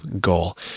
goal